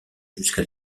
jusqu’à